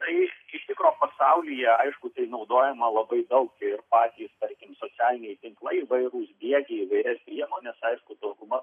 tai iš tikro pasaulyje aišku tai naudojama labai daug ir patys tarkim socialiniai tinklai įvairūs diegia įvairias priemones aišku dauguma